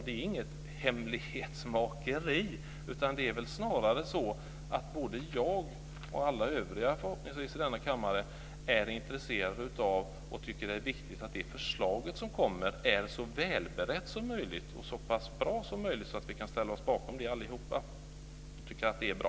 Det är inget hemlighetsmakeri, utan det är snarare så att både jag och alla övriga förhoppningsvis i denna kammare är intresserade av och tycker att det är viktigt att det förslag som kommer är så väl berett som möjligt och så pass bra att vi kan ställa oss bakom det allihopa. Jag tycker att det är bra.